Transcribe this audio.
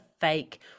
fake